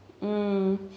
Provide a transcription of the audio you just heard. mm